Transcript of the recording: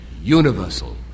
universal